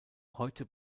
heute